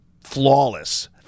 flawless